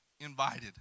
invited